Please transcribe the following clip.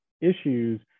issues